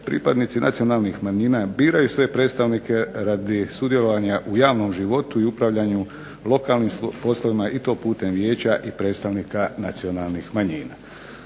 pripadnici nacionalnih manjina biraju svoje predstavnike radi sudjelovanja u javnom životu i upravljanju lokalnim poslovima i to putem vijeća i predstavnika nacionalnih manjina.